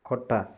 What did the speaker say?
ଖଟା